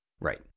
Right